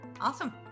awesome